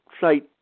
site